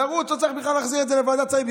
לרוץ, לא צריך בכלל להחזיר את זה לוועדת שרים.